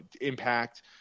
Impact